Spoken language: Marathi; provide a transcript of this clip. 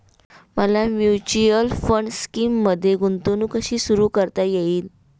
मला म्युच्युअल फंड स्कीममध्ये गुंतवणूक कशी सुरू करता येईल?